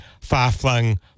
far-flung